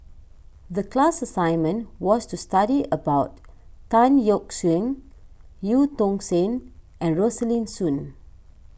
the class assignment was to study about Tan Yeok Seong Eu Tong Sen and Rosaline Soon